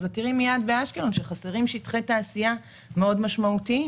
תראי באשקלון שחסרים שטחי תעשייה משמעותיים מאוד.